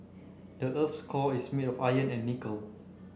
the earth's core is made of iron and nickel